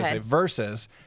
versus